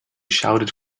shouted